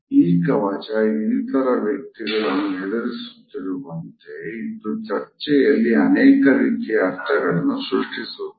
ಈ ಕವಚ ಇನಿತರ ವ್ಯಕ್ತಿಗಳನ್ನು ಹೆದರಿಸುತ್ತಿರುವಂತೆ ಇದ್ದು ಚರ್ಚೆಯಲ್ಲಿ ಅನೇಕ ರೀತಿಯ ಅರ್ಥಗಳನ್ನು ಸೃಷ್ಟಿಸುತ್ತದೆ